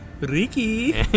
Ricky